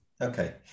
Okay